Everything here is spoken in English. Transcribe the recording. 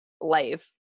life